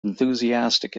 enthusiastic